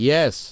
Yes